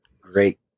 great